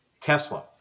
Tesla